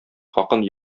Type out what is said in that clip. хакын